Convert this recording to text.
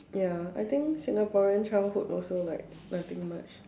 ya I think Singaporean childhood also like nothing much